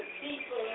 people